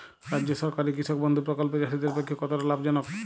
রাজ্য সরকারের কৃষক বন্ধু প্রকল্প চাষীদের পক্ষে কতটা লাভজনক?